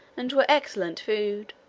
and were excellent food.